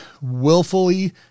willfully